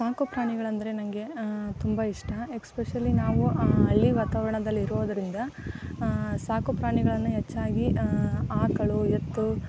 ಸಾಕು ಪ್ರಾಣಿಗಳಂದರೆ ನನಗೆ ತುಂಬ ಇಷ್ಟ ಎಸ್ಪೆಶಲಿ ನಾವು ಹಳ್ಳಿ ವಾತಾವರಣದಲ್ಲಿರೋದರಿಂದ ಸಾಕು ಪ್ರಾಣಿಗಳನ್ನು ಹೆಚ್ಚಾಗಿ ಆಕಳು ಎತ್ತು